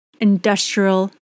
industrial